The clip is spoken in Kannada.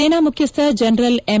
ಸೇನಾ ಮುಖ್ಯಸ್ಡ ಜನರಲ್ ಎಂ